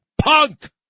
punk